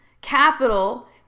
capital